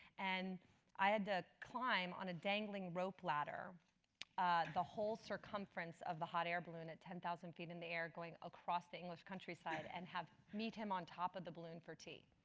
and i had to climb on a dangling rope ladder the whole circumference of the hot air balloon at ten thousand feet in the air going across the english countryside. and meet him on top of the balloon for tea.